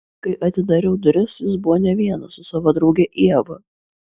kai atidariau duris jis buvo ne vienas su savo drauge ieva